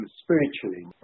spiritually